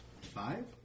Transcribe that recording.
Five